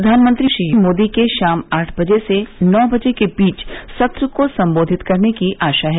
प्रधानमंत्री श्री मोदी के शाम आठ बजे से नौ बजे के बीच सत्र को सम्बोधित करने की आशा है